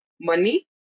money